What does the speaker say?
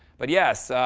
but yes,